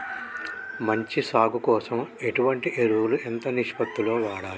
మంచి సాగు కోసం ఎటువంటి ఎరువులు ఎంత నిష్పత్తి లో వాడాలి?